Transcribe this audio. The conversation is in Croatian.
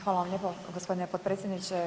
Hvala vam lijepa gospodine potpredsjedniče.